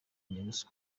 kurwanya